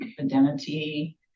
identity